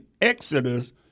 Exodus